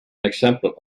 example